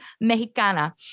Mexicana